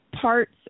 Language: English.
parts